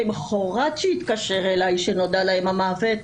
למוחרת כשהתקשר אליי כשנודע להם המוות,